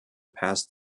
past